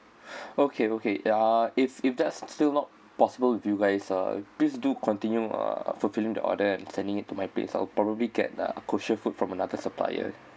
okay okay uh if if that's still not possible with you guys uh please do continue uh fulfilling the order and sending it to my place I'll probably get uh kosher food from another supplier